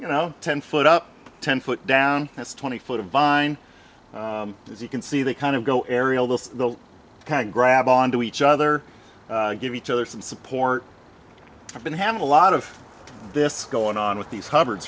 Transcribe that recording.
you know ten foot up ten foot down that's twenty foot of vine as you can see they kind of go ariel that's the kind of grab onto each other give each other some support i've been having a lot of this going on with these hubbard